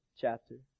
chapter